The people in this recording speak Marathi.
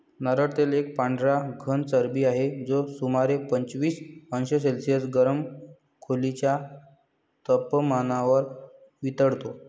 नारळ तेल एक पांढरा घन चरबी आहे, जो सुमारे पंचवीस अंश सेल्सिअस गरम खोलीच्या तपमानावर वितळतो